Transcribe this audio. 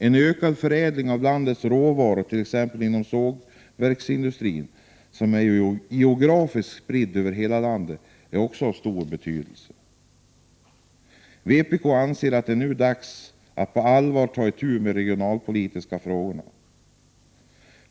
En ökad förädling av landets råvaror — t.ex. inom sågverksindustrin, som är spridd över hela landet, är också av stor betydelse. Vi i vpk anser att det nu är dags att på allvar ta itu med de regionalpolitiska frågorna.